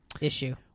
issue